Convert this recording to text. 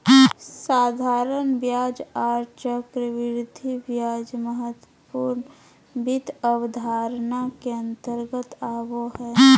साधारण ब्याज आर चक्रवृद्धि ब्याज महत्वपूर्ण वित्त अवधारणा के अंतर्गत आबो हय